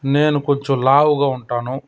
నేను కొంచెం లావుగా ఉంటాను